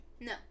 No